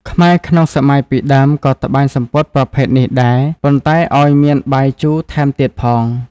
ខ្មែរក្នុងសម័យពីដើមក៏ត្បាញសំពត់ប្រភេទនេះដែរ ប៉ុន្តែមានឱ្យបាយជូរថែមទៀតផង។